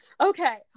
Okay